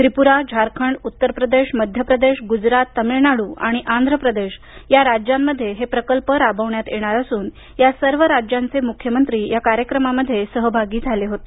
त्रिपुरा झारखंड उत्तर प्रदेश मध्य प्रदेश गुजरात तामिळनाडू आणि आंध्र प्रदेश या राज्यांमध्ये हे प्रकल्प राबवण्यात येणार असून या सर्व राज्यांचे मुख्यमंत्री कार्यक्रमामध्ये सहभागी झाले होते